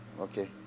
Okay